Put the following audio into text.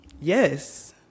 Yes